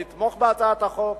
לתמוך בהצעת החוק.